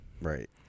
Right